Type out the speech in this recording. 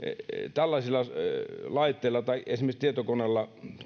tällaisilla laitteilla tai esimerkiksi tietokoneella